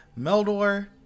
Meldor